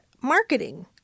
marketing